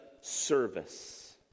service